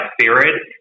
spirit